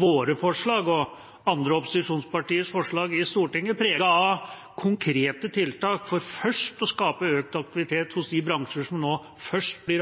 våre forslag og andre opposisjonspartiers forslag i Stortinget preget av konkrete tiltak for først å skape økt aktivitet hos de bransjer som nå først blir